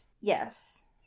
Yes